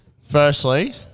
Firstly